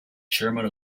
chairman